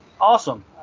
Awesome